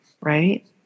right